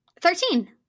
Thirteen